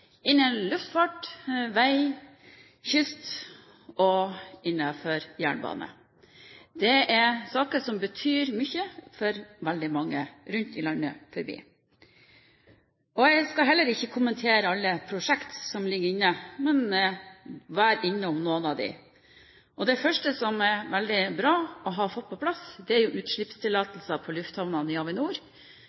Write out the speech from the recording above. luftfart, vei, kyst og jernbane. Det er saker som betyr mye for veldig mange rundt om i landet. Jeg skal heller ikke kommentere alle prosjektene som ligger inne, men være innom noen av dem. Det første som er veldig bra å ha fått på plass, er utslippstillatelser på lufthavnene i Avinor,